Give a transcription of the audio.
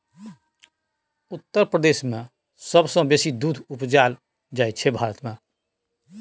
उत्तर प्रदेश मे सबसँ बेसी दुध उपजाएल जाइ छै भारत मे